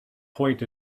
point